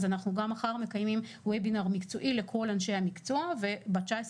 אז אנחנו גם מחר מקיימים וובינר מקצועי לכל אנשי המקצוע וב-19